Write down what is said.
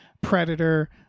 Predator